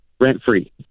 rent-free